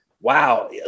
Wow